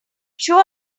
sure